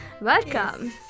Welcome